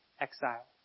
exile